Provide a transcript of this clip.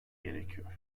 gerekiyor